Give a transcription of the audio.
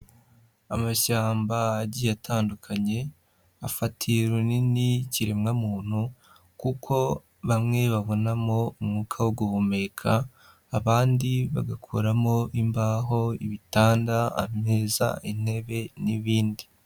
Amashyamba agiye atandukanye, afatiye runini ikiremwamuntu kuko bamwe babonamo umwuka wo guhumeka, abandi bagakoramo imbaho, ibitanda, ameza, intebe n'ibindi.